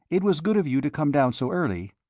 it was good of you to come down so early.